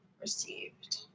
received